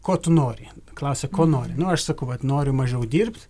ko tu nori klausia ko nori nu aš sakau vat noriu mažiau dirbt